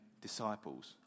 disciples